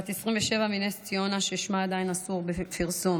בת 27 מנס ציונה, ששמה עדיין אסור בפרסום,